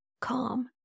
calm